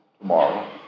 tomorrow